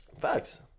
Facts